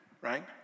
Right